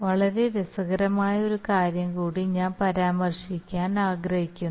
വളരെ രസകരമായ ഒരു കാര്യം കൂടി ഞാൻ പരാമർശിക്കാൻ ആഗ്രഹിക്കുന്നു